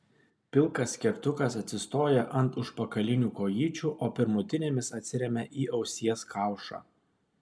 pilkas kertukas atsistoja ant užpakalinių kojyčių o pirmutinėmis atsiremia į ausies kaušą